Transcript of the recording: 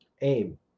aim